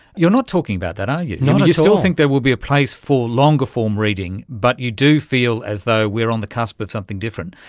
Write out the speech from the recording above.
you're not talking about that, are you, know you still think there will be a place for longer form reading, but you do feel as though we are on the cusp of something different,